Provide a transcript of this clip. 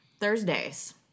Thursdays